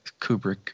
Kubrick